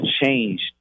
changed